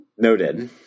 Noted